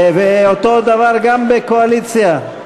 ואותו דבר גם בקואליציה.